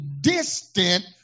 distant